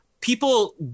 people